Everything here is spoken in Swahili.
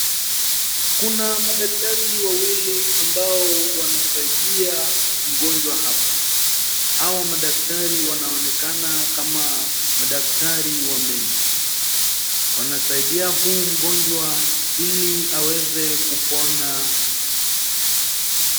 Kuna madaktari wawili ambao wanasaidia mgonjwa hapa. Hawa madaktari wanaonekana kama madaktari wa meno. wanasaidia huu mgonjwa ili aweze kupona.